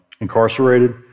incarcerated